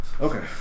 Okay